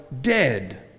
dead